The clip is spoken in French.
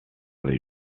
les